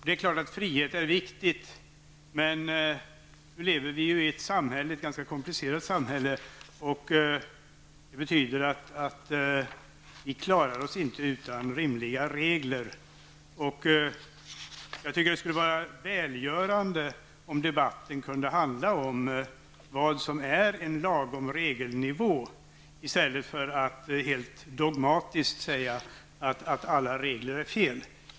Det är klart att frihet är viktig, men nu lever vi i ett ganska komplicerat samhälle, vilket betyder att vi inte klarar oss utan rimliga regler. Jag tycker att det skulle vara välgörande om debatten kunde handla om vad som är en lagom regelnivå, i stället för att man helt dogmatiskt säger att alla regler är av ondo.